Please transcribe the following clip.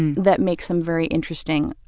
and that makes them very interesting,